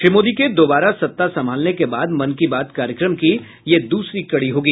श्री मोदी के दोबारा सत्ता संभालने के बाद मन की बात कार्यक्रम की यह दूसरी कड़ी होगी